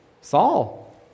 Saul